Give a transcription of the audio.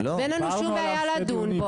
אין לנו שום בעיה לדון,